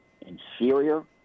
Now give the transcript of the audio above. inferior